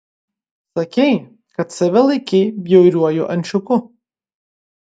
sakei kad save laikei bjauriuoju ančiuku